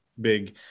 big